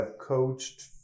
coached